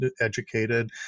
educated